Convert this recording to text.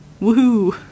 Woohoo